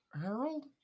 Harold